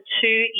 two